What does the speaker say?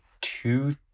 two